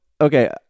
okay